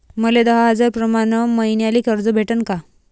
मले दहा हजार प्रमाण मईन्याले कर्ज भेटन का?